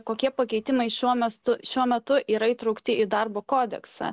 kokie pakeitimai šiuo mastu šiuo metu yra įtraukti į darbo kodeksą